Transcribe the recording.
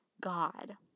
God